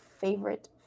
favorite